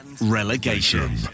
relegation